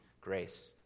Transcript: grace